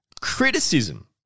criticism